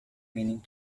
meaning